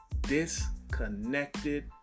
disconnected